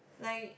like